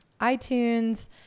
iTunes